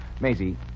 Maisie